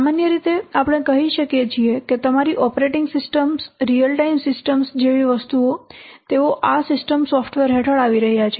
સામાન્ય રીતે આપણે કહી શકીએ કે તમારી operating systems real time systems જેવી વસ્તુઓ તેઓ આ સિસ્ટમ સોફ્ટવેર હેઠળ આવી રહ્યા છે